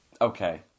Okay